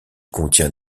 contient